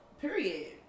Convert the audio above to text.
period